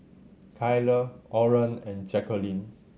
Kyler Oren and Jacquline